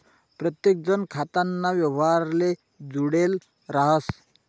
प्रत्येकजण खाताना व्यवहारले जुडेल राहस